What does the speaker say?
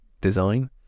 design